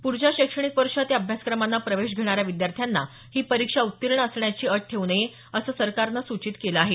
पुढच्या शैक्षणिक वर्षात या अभ्यासक्रमांना प्रवेश घेणाऱ्या विद्यार्थ्यांना ही परीक्षा उत्तीर्ण असण्याची अट ठेवू नये असं सरकारनं सूचित केलं आहे